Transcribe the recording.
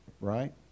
right